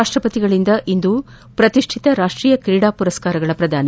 ರಾಷ್ಷಪತಿಗಳಿಂದ ಇಂದು ಪ್ರತಿಷ್ಠಿತ ರಾಷ್ಟೀಯ ಕ್ರೀಡಾ ಮರಸ್ಕಾರಗಳ ಪ್ರಧಾನ